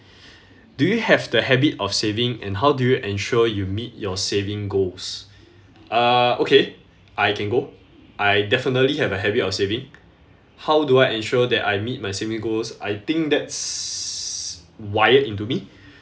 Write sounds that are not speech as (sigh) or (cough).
(breath) do you have the habit of saving and how do you ensure you meet your saving goals uh okay I can go I definitely have a habit of saving how do I ensure that I meet my saving goals I think that's wired into me (breath)